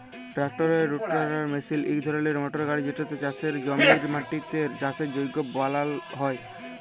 ট্রাক্টারের রোটাটার মিশিল ইক ধরলের মটর গাড়ি যেটতে চাষের জমির মাটিকে চাষের যগ্য বালাল হ্যয়